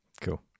cool